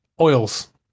oils